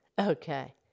Okay